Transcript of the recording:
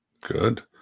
Good